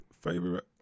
favorite